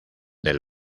del